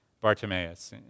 Bartimaeus